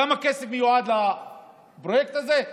כמה כסף מיועד לפרויקט הזה?